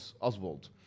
Oswald